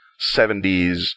70s